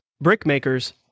brickmakers